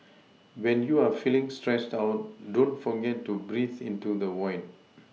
when you are feeling stressed out don't forget to breathe into the void